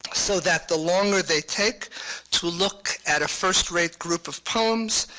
so that the longer they take to look at a first-rate group of poems,